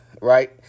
right